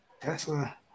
Tesla